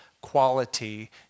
quality